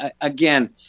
again